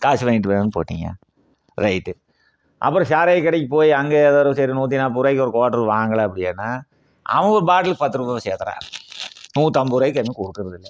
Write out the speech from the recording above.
காசு வாங்கிட்டு தானே போட்டிங்க ரைட்டு அப்புறோம் சாராய கடைக்கு போய் அங்கே ஏதாவுது சரி ஒரு நூற்றி நாற்பது ரூபாய்க்கு ஒரு கோட்ரு வாங்கலாம் அப்படியன்னா அவன் ஒரு பாட்டிலு பத்து ரூபாய் வச்சு ஏற்றுறான் நூற்று ஐம்பது ரூபாய்க்கு எங்கேயும் கொடுக்கறது இல்லை